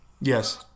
Yes